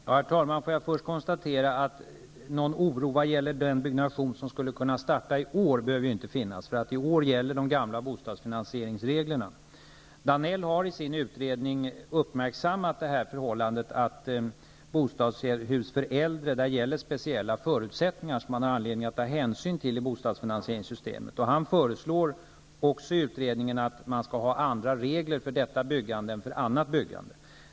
Herr talman! Låt mig först konstatera att det inte behöver finnas någon oro vad gäller det byggande som skulle kunna starta i år, eftersom de gamla bostadsfinansieringsreglerna gäller också i år. Danell har i sin utredning uppmärksammat det förhållandet att speciella förutsättningar gäller för bostadshus för äldre och att det i bostadsfinansieringssystemet finns anledning att ta hänsyn till detta. Han föreslår också i utredningen att man skall ha andra regler för detta byggande än för annat byggande.